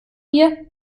mir